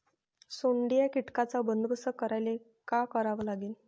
सोंडे या कीटकांचा बंदोबस्त करायले का करावं लागीन?